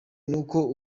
nuko